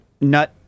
nut